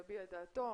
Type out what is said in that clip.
יביע את דעתו.